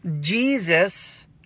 Jesus